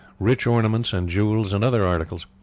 rich ornaments and jewels and other articles.